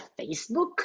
facebook